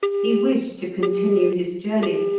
he wished to continue his journey,